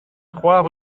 trois